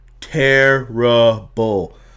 terrible